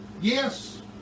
Yes